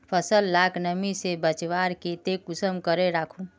फसल लाक नमी से बचवार केते कुंसम करे राखुम?